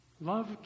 Love